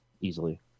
easily